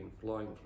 flying